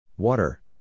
Water